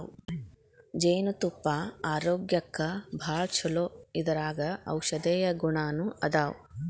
ಜೇನತುಪ್ಪಾ ಆರೋಗ್ಯಕ್ಕ ಭಾಳ ಚುಲೊ ಇದರಾಗ ಔಷದೇಯ ಗುಣಾನು ಅದಾವ